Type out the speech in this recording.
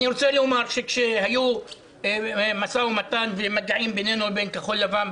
כשהיה משא ומתן ומגעים בין כחול לבן לביננו,